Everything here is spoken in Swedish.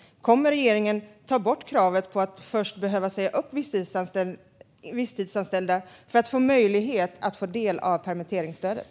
Kommer regeringen att ta bort kravet på att man först behöver säga upp visstidsanställda för att få möjlighet att få del av permitteringsstödet?